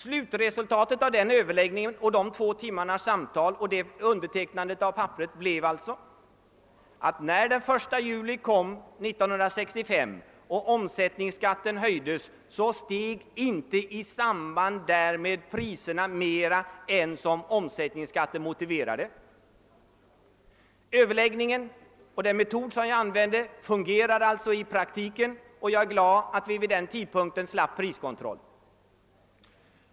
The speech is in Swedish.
Slutresultatet av dessa två timmars överläggning samt undertecknandet av papperet blev att när 1 juli 1965 kom och omsättningsskatten höjdes, steg inte priserna mer än som omsättningsskatten motiverade. Överläggningen och den metod jag använde fungerade alltså i praktiken, och jag är glad över att vi vid denna tidpunkt slapp priskontroll.